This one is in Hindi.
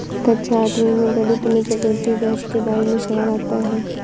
कक्षा आठवीं में गणित में चक्रवर्ती ब्याज के बारे में सवाल आता है